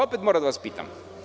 Opet moram da vas pitam.